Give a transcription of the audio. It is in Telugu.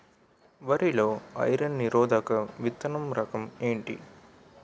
వరి లో ఐరన్ నిరోధక విత్తన రకం ఏంటి?